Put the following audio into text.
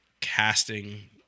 casting